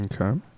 Okay